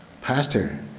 Pastor